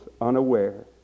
unaware